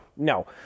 no